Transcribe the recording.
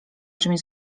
czymś